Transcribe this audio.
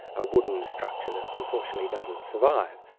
a wooden structure that unfortunately doesn't survive.